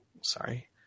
sorry